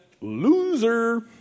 loser